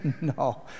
No